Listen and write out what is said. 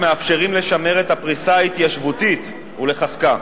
מאפשרים לשמר את הפריסה ההתיישבותית ולחזקה,